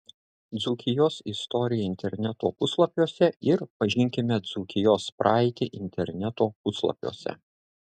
dzūkijos istorija interneto puslapiuose ir pažinkime dzūkijos praeitį interneto puslapiuose